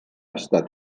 estat